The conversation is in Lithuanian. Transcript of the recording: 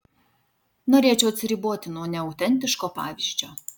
norėčiau atsiriboti nuo neautentiško pavyzdžio